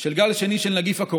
של גל שני של קורונה.